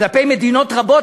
כלפי מדינות רבות,